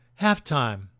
halftime